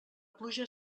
pluja